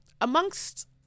amongst